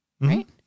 right